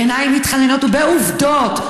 בעיניים מתחננות ובעובדות,